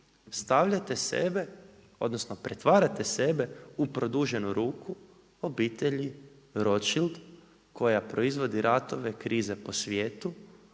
stavljate sebe odnosno pretvarate sebe u produženu ruku obitelji Rothschield koja proizvodi ratove, krize po svijetu